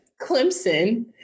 Clemson